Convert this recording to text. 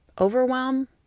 Overwhelm